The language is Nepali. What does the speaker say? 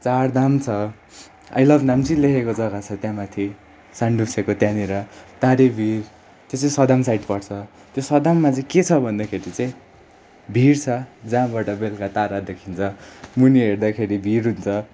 चारधाम छ आई लभ नाम्ची लेखेको जग्गा छ त्यहाँ माथि सानडुप्चेको त्यहाँनिर तारेभिर त्यो चाहिँ सदाम साइड पर्छ त्यो सदाममा चाहिँ के छ भन्दाखेरि चाहिँ भिर छ जहाँबाट बेलुका तारा देखिन्छ मुनि हेर्दाखेरि भिर हुन्छ